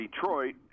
Detroit